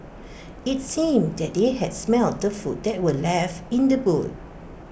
IT seemed that they had smelt the food that were left in the boot